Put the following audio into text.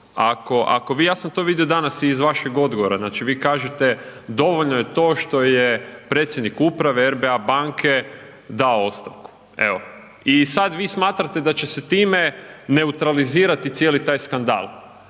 ako vi, ja sam to vidio danas i iz vašeg odgovora, znači vi kažete dovoljno je to što je predsjednik uprave RBA banke dao ostavku, evo i sad vi smatrate da će se time neutralizirati cijeli taj skandal,